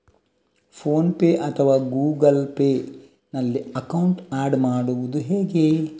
Phone pay ಅಥವಾ Google Pay ನಲ್ಲಿ account add ಮಾಡುವುದು ಹೇಗೆ?